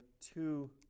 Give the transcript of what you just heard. two